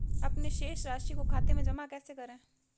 अपने शेष राशि को खाते में जमा कैसे करें?